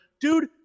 dude